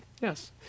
Yes